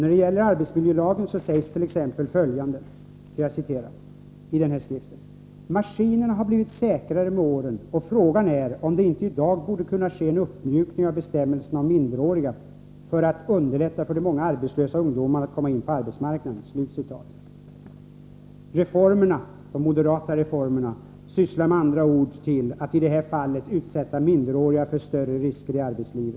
När det gäller arbetsmiljölagen sägs t.ex. följande: ”Maskinerna har blivit säkrare med åren och frågan är om det inte i dag borde ske en uppmjukning av bestämmelserna om minderåriga för att underlätta för de många arbetslösa ungdomarna att få komma in på arbetsmarknaden.” De moderata reformerna syftar med andra ord i det här fallet till att utsätta minderåriga för risker i arbetslivet.